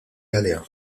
għaliha